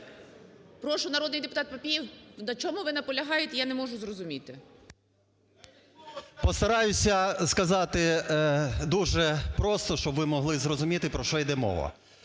Прошу, народний депутат Папієв, на чому ви наполягаєте, я не можу зрозуміти. 12:43:50 ПАПІЄВ М.М. Постараюся сказати дуже просто, щоб ви могли зрозуміти, про що йде мова.